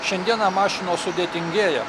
šiandieną mašinos sudėtingėja